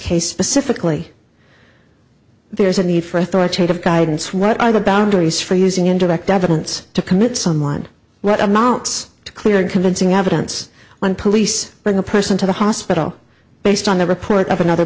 case specifically there is a need for authoritative guidance what are the boundaries for using indirect evidence to commit someone what amounts to clear and convincing evidence on police by the person to the hospital based on the report of another